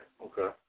okay